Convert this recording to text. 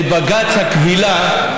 את בג"ץ הכבילה,